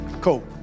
Cool